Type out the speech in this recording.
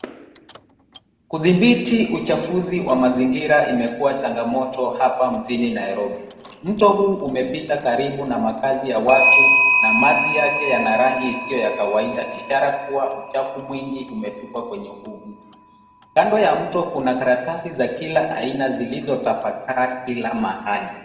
Kudhibiti uchafuzi wa mazingira imekuwa changamoto hapa mjini Nairobi. Mto huu umepita karibu na makazi ya watu na maji yake yana rangi isiyo ya kawaida ishara kuwa uchafu mwingi umetupwa kwenye huu. Kando ya mto kuna karatasi za kila aina zilizotapakaa kila mahali.